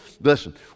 listen